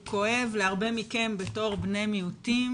הוא כואב להרבה מכם בתור בני מיעוטים